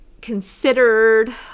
considered